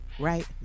Right